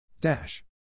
dash